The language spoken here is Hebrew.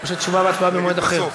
או שתשובה והצבעה במועד אחר?